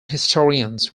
historians